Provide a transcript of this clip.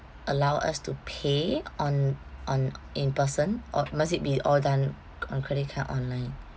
allow us to pay on on in person or must it be all done on credit card online